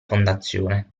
fondazione